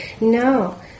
No